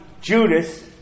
Judas